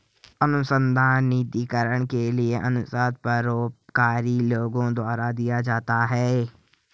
अनुसंधान निधिकरण के लिए अनुदान परोपकारी लोगों द्वारा दिया जाता है